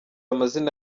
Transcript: amazina